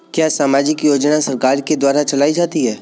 क्या सामाजिक योजना सरकार के द्वारा चलाई जाती है?